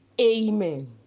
Amen